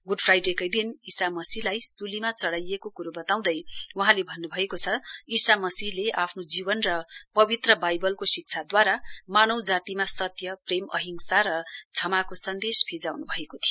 good फ्राइडेकै दिन ईसा मसीहलाई स्लीमा चढ़ाइएको क्रो बताउँदै वहाँले भन्नुभएको छ ईशा मसीहले आफ्नो जीवन र पवित्र वाइवलको शिक्षाद्वारा मानव जातिमा सत्य प्रेम अंहिसा र क्षमाको सन्देश फिजाउँन् भएको थियो